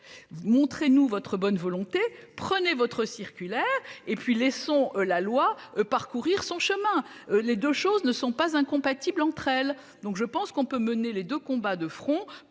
montrez-nous votre bonne volonté, prenez votre circulaire et puis laissons la loi parcourir son chemin. Les deux choses ne sont pas incompatibles entre elles. Donc je pense qu'on peut mener les 2 combats de front,